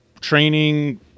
training